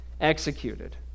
executed